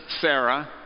Sarah